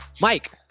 Mike